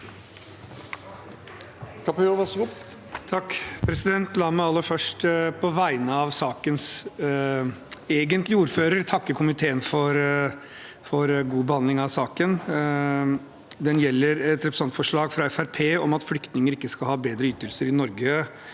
(H) La meg aller først på vegne av sakens egentlige ordfører takke komiteen for god behandling av saken. Den gjelder et representantforslag fra Fremskrittspartiet om at flyktninger ikke skal ha bedre ytelser i Norge